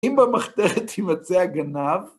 אם במחתרת ימצא הגנב,